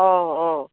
অঁ অঁ